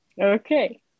Okay